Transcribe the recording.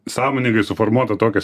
sąmoningai suformuota tokios